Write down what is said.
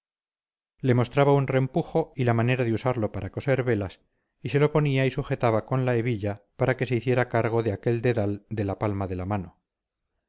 le mostraba un rempujo y la manera de usarlo para coser velas y se lo ponía y sujetaba con la hebilla para que se hiciera cargo de aquel dedal de la palma de la mano